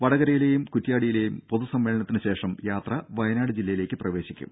വടകരയിലെയും കുറ്റ്യാടിയിലെയും പൊതുസമ്മേളനത്തിനു ശേഷം യാത്ര വയനാട് ജില്ലയിലേക്ക് പ്രവേശിക്കും